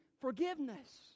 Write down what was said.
forgiveness